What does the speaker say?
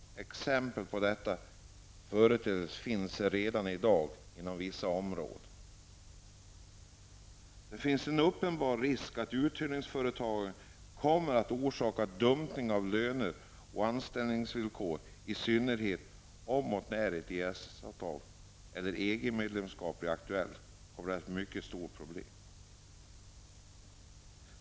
Exempel på denna företeelse finns redan inom vissa områden. Det finns en uppenbar risk att uthyrningsföretagen kommer att orsaka dumpning av löner och anställningsvillkor. I synnerhet om och när ett EES avtal eller ett EG-medlemskap blir aktuellt kommer detta att bli ett mycket stort problem.